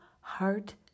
heart